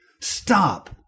Stop